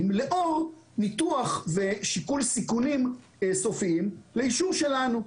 לאור ניתוח ושיקול סיכונים סופיים לאישור שלנו.